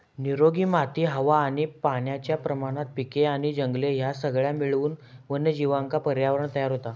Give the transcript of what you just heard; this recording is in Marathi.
निरोगी माती हवा आणि पाण्याच्या प्रमाणात पिके आणि जंगले ह्या सगळा मिळून वन्यजीवांका पर्यावरणं तयार होता